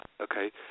okay